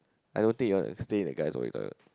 I don't think you want to stay a guy in the toilet